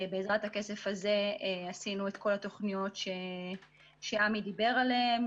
בעזרת הכסף הזה עשינו את כל התוכניות שעמי דיבר עליהן,